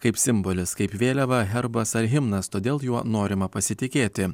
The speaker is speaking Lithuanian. kaip simbolis kaip vėliava herbas ar himnas todėl juo norima pasitikėti